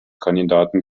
kandidaten